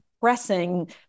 pressing